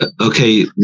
okay